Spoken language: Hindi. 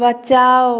बचाओ